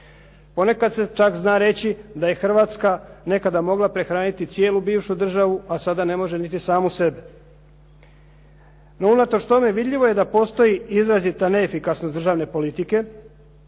Ponekad se čak zna reći da je Hrvatska nekada mogla prehraniti cijelu bivšu državu, a sada ne može niti samu sebe. No unatoč tome vidljivo je da postoji izrazita neefikasnost državne politike